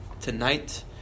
tonight